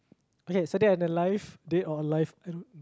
okay so dead and alive dead or alive I don't